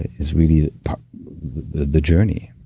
is really the journey.